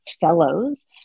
fellows